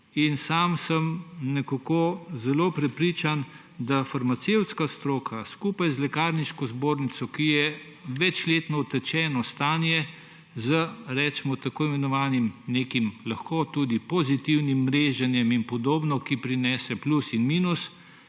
sam sem nekako zelo prepričan, da farmacevtska stroka skupaj z lekarniško zbornico, ki je večletno utečeno stanje z, recimo, tako imenovanim nekim lahko tudi pozitivnim mreženjem in podobno, ki prinese plus in minus,